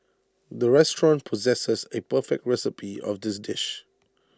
the restaurant possesses A perfect recipe of this dish